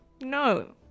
No